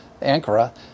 Ankara